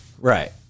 Right